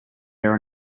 air